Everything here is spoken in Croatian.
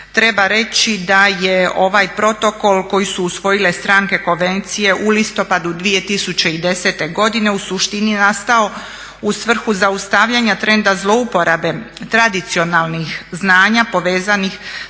treba reći da je ovaj protokol koji su usvojile stranke konvencije u listopadu 2010. godine u suštini nastao u svrhu zaustavljanja trenda zlouporabe tradicionalnih znanja povezanih